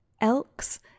elks